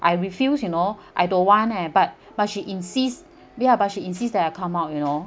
I refuse you know I don't want leh but but she insists yeah but she insists that I come out you know